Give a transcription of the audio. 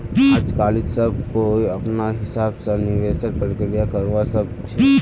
आजकालित सब कोई अपनार हिसाब स निवेशेर प्रक्रिया करवा सख छ